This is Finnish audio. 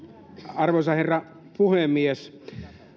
arvoisa herra puhemies